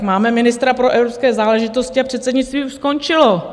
Máme ministra pro evropské záležitosti a předsednictví už skončilo.